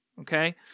okay